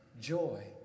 joy